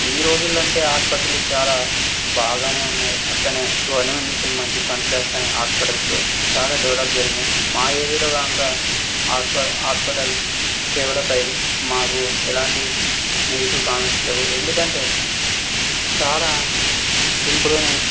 ఈ రోజులు అంటే ఆసుపత్రులు చాలా బాగానే ఉన్నాయి అట్లనే గవర్నమెంట్ నుంచి మంచి ఫండ్స్ వస్తున్నాయి హాస్పటల్స్కు చాలా డెవలప్ జరిగినవి మా ఏరియాలో కాక ఆస్ప హాస్పటల్స్ సేవలపై మాకు ఎలాంటి నెగటివ్ కామెంట్స్ లేవు ఎందుకంటే చాలా సింపుల్గానే